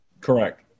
Correct